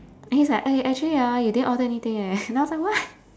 and he's like eh actually ah you didn't order anything eh then I was like what